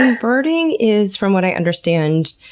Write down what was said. ah birding is, from what i understand,